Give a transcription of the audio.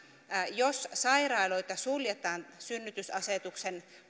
jos sairaaloita suljetaan synnytysasetuksen